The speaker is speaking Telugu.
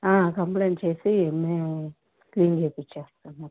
కంప్లయింట్ చేసి మేము క్లీన్ చెయ్యించేస్తాము మొత్తం